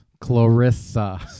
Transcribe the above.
Clarissa